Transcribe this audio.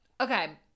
Okay